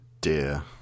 dear